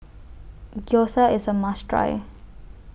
Gyoza IS A must Try